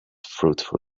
fruitful